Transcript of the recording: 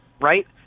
Right